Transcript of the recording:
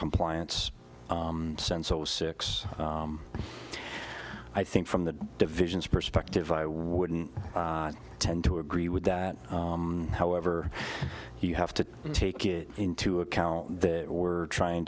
compliance since i was six i think from the division's perspective i wouldn't tend to agree with that however you have to take it into account that we're trying